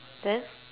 then